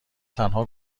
تنها